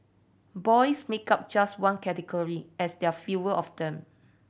boys make up just one category as there are fewer of them